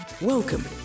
Welcome